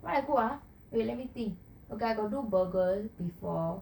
what I cook ah okay let me think I got do burgers before